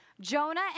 Jonah